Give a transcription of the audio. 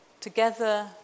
Together